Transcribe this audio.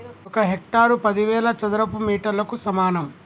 ఒక హెక్టారు పదివేల చదరపు మీటర్లకు సమానం